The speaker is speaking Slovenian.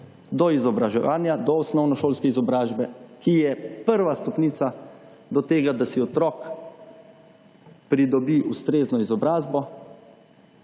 do izobraževanja, do osnovnošolske izobrazbe, ki je prva stopnica do tega, da si otrok pridobi ustrezno izobrazbo,